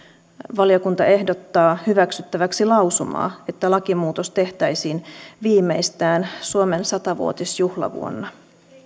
valiokunta ehdottaa hyväksyttäväksi lausumaa että lakimuutos tehtäisiin viimeistään suomen sata vuotisjuhlavuonna